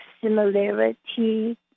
similarity